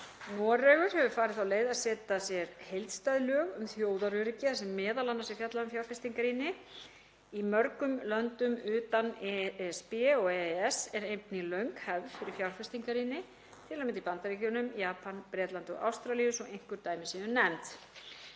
Noregur hefur farið þá leið að setja sér heildstæð lög um þjóðaröryggi þar sem m.a. er fjallað um fjárfestingarýni. Í mörgum löndum utan ESB og EES er einnig löng hefð fyrir fjárfestingarýni, til að mynda í Bandaríkjunum, Japan, Bretlandi og Ástralíu, svo einhver dæmi séu nefnd.